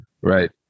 right